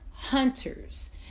Hunters